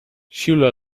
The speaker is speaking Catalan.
xiula